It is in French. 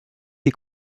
des